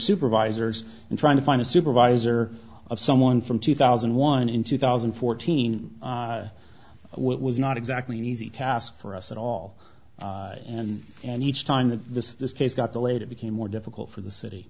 supervisors and trying to find a supervisor of someone from two thousand and one in two thousand and fourteen was not exactly an easy task for us at all and and each time that this this case got delayed it became more difficult for the